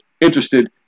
interested